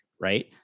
right